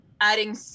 adding